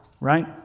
right